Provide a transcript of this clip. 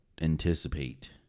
anticipate